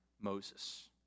Moses